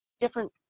different